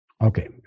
Okay